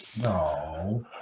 No